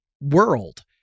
world